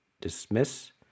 dismiss